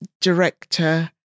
director